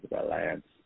Alliance